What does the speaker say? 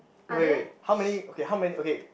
wait wait wait how many okay how many okay